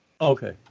Okay